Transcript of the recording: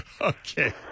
Okay